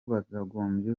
bakagombye